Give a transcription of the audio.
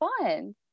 fun